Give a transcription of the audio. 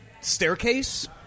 staircase